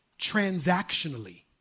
transactionally